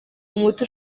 umuti